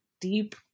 deep